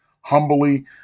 humbly